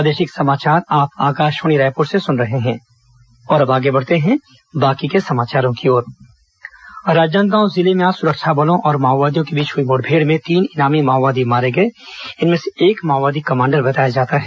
माओवादी मुठभेड़ राजनांदगांव जिले में आज सुरक्षा बलों और माओवादियों के बीच हुई मुठभेड़ में तीन इनामी मााओवादी मारे गए जिसमें से एक मााओवादी कमांडर बताया जा रहा है